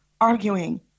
arguing